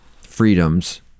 freedoms